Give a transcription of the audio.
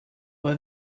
were